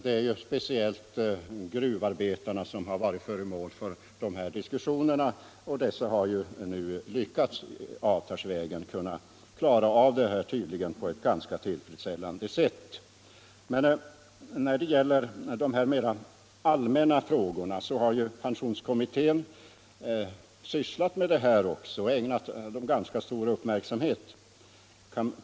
Det är speciellt gruvarbetarna som har varit föremål för dessa diskussioner, och de har nu avtalsvägen lyckats klara frågan, tydligen på ett ganska tillfredsställande sätt. Pensionskommittén har ägnat ganska stor uppmärksamhet åt de mera allmänna frågorna om sänkt pensionsålder för vissa yrkesgrupper.